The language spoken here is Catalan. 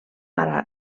ara